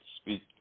speak